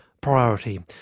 priority